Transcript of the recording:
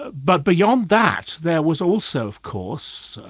but beyond that, there was also of course,